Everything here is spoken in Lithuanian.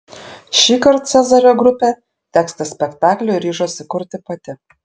šįkart cezario grupė tekstą spektakliui ryžosi kurti pati